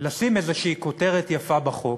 לשים איזושהי כותרת יפה בחוק,